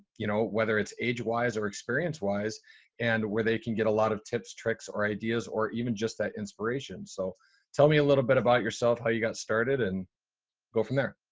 you know, whether it's age wise or experience wise and where they can get a lot of tips tips or ideas or even just the inspiration. so tell me a little bit about yourself, how you got started and go from there.